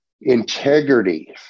Integrity